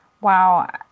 Wow